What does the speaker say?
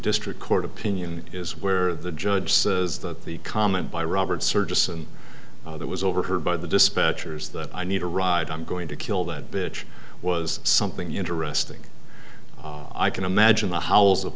district court opinion is where the judge says that the comment by robert service and that was overheard by the dispatchers that i need a ride i'm going to kill that bitch was something interesting i can imagine the howls of